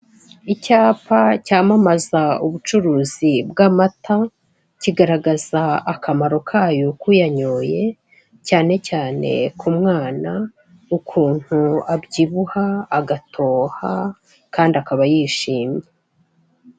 Icyapa cyamamaza ubucuruzi bw'amata, kigaragaza akamaro kayo k'uyanyoye, cyane cyane ku mwana, ukuntu abyibuha, agatoha, kandi akaba yishimye.